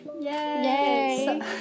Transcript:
Yay